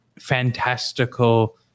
fantastical